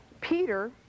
Peter